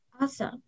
Awesome